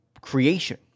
creation